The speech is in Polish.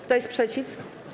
Kto jest przeciw?